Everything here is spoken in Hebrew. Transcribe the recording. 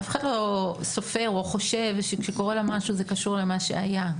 אף אחד לא סופר או חושב שכשקורה לה משהו זה קשור למה שהיה.